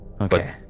Okay